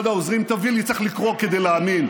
אחד העוזרים, תביא לי, צריך לקרוא כדי להאמין.